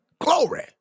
Glory